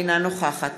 אינה נוכחת